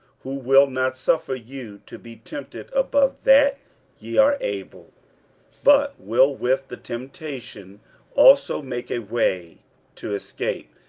who will not suffer you to be tempted above that ye are able but will with the temptation also make a way to escape,